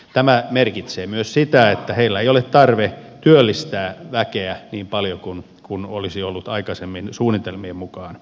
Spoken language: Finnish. tämä merkitsee myös sitä että heillä ei ole tarve työllistää väkeä niin paljon kuin olisi ollut aikaisemmin suunnitelmien mukaan tarvetta